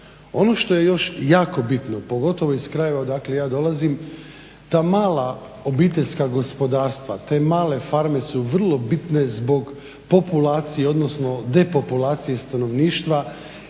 Ono što je još jako bitno, pogotovo iz krajeva odakle ja dolazim, ta mala obiteljska gospodarstva, te male farme su vrlo bitne zbog populacije odnosno depopulacije stanovništva